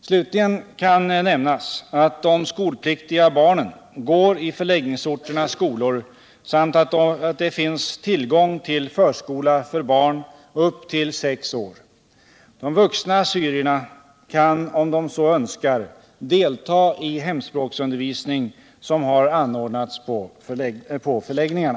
Slutligen kan nämnas att de skolpliktiga barnen går i förläggningsorternas skolor samt att det finns tillgång till förskola för barn upp till sex år. De vuxna assyrierna kan om de så önskar delta i hemspråksundervisning som har anordnats på förläggningarna.